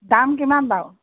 দাম কিমান বাৰু